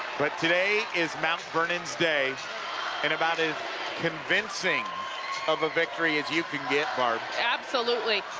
but today is mount vernon's day and about as convincing of a victory as you can get, barb. absolutely.